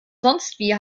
sonstwie